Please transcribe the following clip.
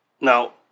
Now